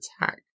attack